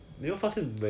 ya